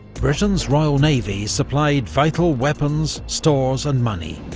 britain's royal navy supplied vital weapons, stores and money,